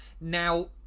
Now